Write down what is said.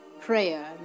prayer